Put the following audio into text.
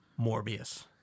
Morbius